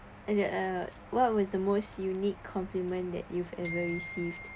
and then uh what was the most unique compliment that you've ever received